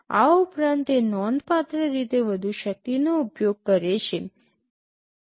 આ ઉપરાંત તે નોંધપાત્ર રીતે વધુ શક્તિનો ઉપયોગ કરે છે